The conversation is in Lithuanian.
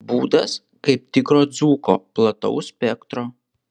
būdas kaip tikro dzūko plataus spektro